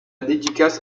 dédicace